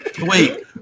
wait